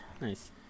nice